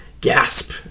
Gasp